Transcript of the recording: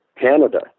Canada